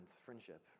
friendship